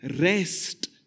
Rest